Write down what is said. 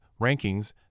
rankings